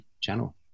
channel